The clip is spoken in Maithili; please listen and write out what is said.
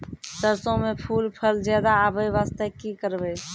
सरसों म फूल फल ज्यादा आबै बास्ते कि करबै?